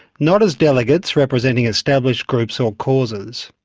not as delegates representing established groups or causes.